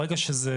ברגע שזה